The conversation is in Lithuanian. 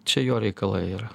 čia jo reikalai yra